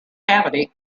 cavity